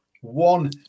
one